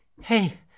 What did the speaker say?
Hey